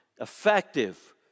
effective